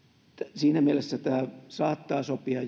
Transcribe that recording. siinä mielessä tämä saattaa sopia